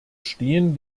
stehen